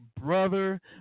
brother